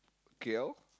K_L